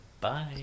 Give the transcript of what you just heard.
Bye